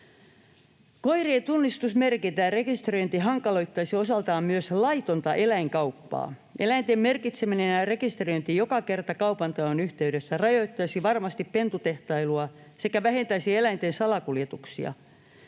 Koirien tunnistusmerkintä ja rekisteröinti hankaloittaisivat osaltaan myös laitonta eläinkauppaa. Eläinten merkitseminen ja rekisteröinti joka kerta kaupanteon yhteydessä rajoittaisivat varmasti pentutehtailua sekä vähentäisivät eläinten salakuljetuksia.